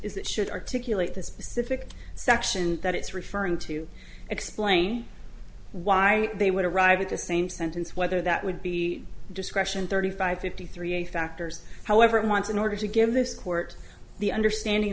is it should articulate the specific section that it's referring to explain why they would arrive at the same sentence whether that would be discretion thirty five fifty three a factors however months in order to give this court the understanding